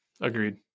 agreed